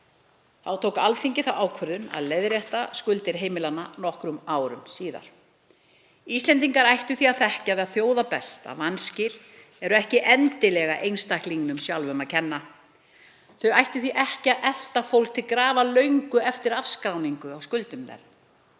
Þá tók Alþingi þá ákvörðun að leiðrétta skuldir heimilanna nokkrum árum síðar. Íslendingar ættu því að þekkja það þjóða best að vanskil eru ekki endilega einstaklingnum að kenna. Þau ættu því ekki að elta fólk til grafar löngu eftir afskráningu. Vinnsla á